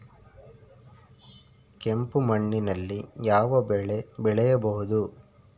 ಕೆಂಪು ಮಣ್ಣಿನಲ್ಲಿ ಯಾವ ಬೆಳೆ ಬೆಳೆಯಬಹುದು?